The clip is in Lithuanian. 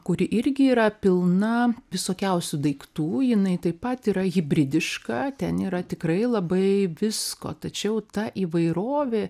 kuri irgi yra pilna visokiausių daiktų jinai taip pat yra hibridiška ten yra tikrai labai visko tačiau ta įvairovė